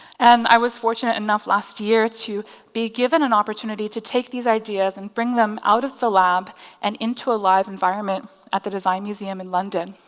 and i was fortunate enough last year to be given an opportunity to take these ideas and bring them out of the lab and into a live environment at the design museum in london.